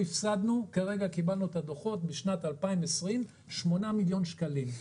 כרגע קיבלנו את הדוחות בשנת 2020 הפסדנו 8 מיליון שקלים.